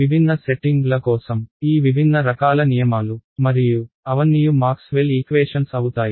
విభిన్న సెట్టింగ్ల కోసం ఈ విభిన్న రకాల నియమాలు మరియు అవన్నియు మాక్స్వెల్ ఈక్వేషన్స్ అవుతాయి